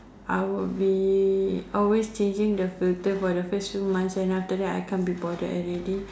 I would be always changing the filter for the first few months then after that I can't be bothered already